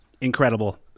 incredible